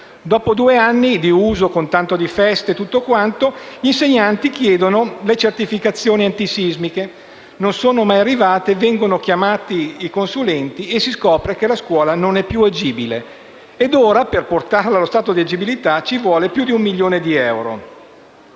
Dopo due anni di uso, con tanto di feste, le insegnanti chiedono le certificazioni antisismiche, che non sono mai arrivate. Vengono chiamati i consulenti e si scopre che la scuola non è più agibile e ora, per portarla allo stato di agibilità, ci vuole più di un milione di euro.